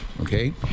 okay